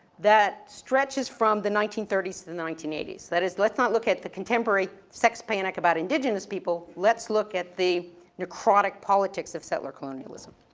that stretches from the nineteen thirty s to the nineteen eighty s. that is, let's not look at the contemporary sex panic about indigenous people, let's look at the necrotic politics of settler colonialism.